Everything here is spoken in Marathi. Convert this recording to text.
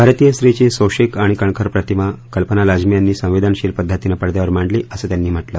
भारतीय स्त्रीची सोशीक आणि कणखर प्रतिमा कल्पना लाजमी यांनी संवेदनशील पद्धतीनं पडदयावर मांडली असं त्यांनी म्हटलं